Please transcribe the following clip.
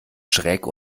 schräg